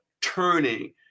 turning